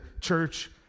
church